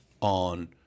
on